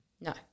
No